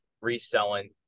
reselling